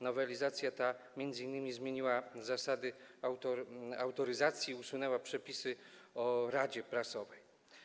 Nowelizacja ta m.in. zmieniła zasady autoryzacji i usunęła przepisy o Radzie Prasowej.